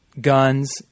guns